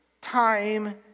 time